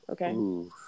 Okay